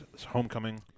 Homecoming